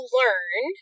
learn